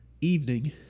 evening